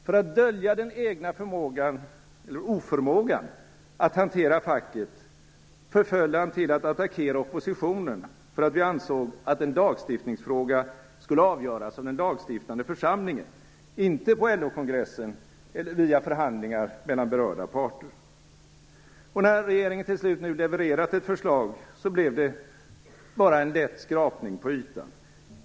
För att dölja den egna oförmågan att hantera facket förföll han till att attackera oppositionen för att vi ansåg att en lagstiftningsfråga skulle avgöras av den lagstiftande församlingen och inte på LO-kongressen eller via förhandlingar mellan berörda parter. När regeringen till slut levererade ett förslag blev det sedan bara en lätt skrapning på ytan.